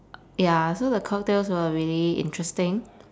ya so the cocktails were really interesting